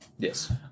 Yes